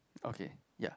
okay ya